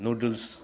noodles